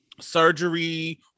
surgery